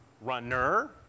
runner